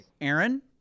Aaron